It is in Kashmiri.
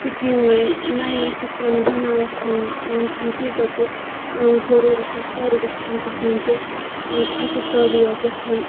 سِکیٖم وَنہِ نَیہِ نَیہِ سکیٖم ؤنۍ چھُنہٕ تیٖژاہ تہِ ضروٗرت اَسہِ پوٗرٕ گَژھان کہیٖنۍ تہِ خۄشک سٲلی ٲس گَژھان